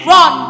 Run